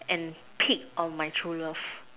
and peek on my true love